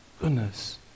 Goodness